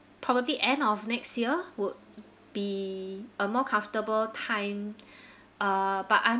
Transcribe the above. probably end of next year would be a more comfortable time uh but I'm